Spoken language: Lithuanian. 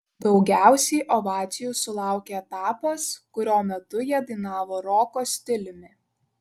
daugiausiai ovacijų sulaukė etapas kurio metu jie dainavo roko stiliumi